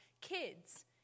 kids